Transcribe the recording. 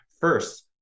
First